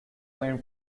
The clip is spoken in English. when